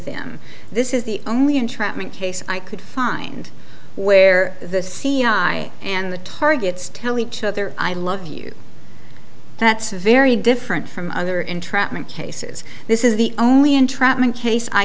them this is the only entrapment case i could find where the c i and the targets tell each other i love you that's very different from other entrapment cases this is the only